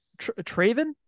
Traven